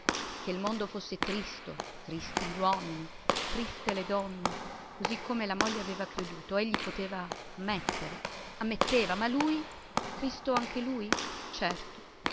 che il mondo fosse tristo tristi gli uomini triste le donne così come la moglie aveva creduto egli poteva ammettere ammetteva ma lui tristo anche lui certo